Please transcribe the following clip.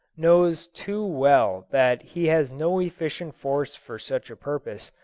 knows too well that he has no efficient force for such a purpose,